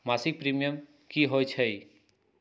मासिक प्रीमियम की होई छई?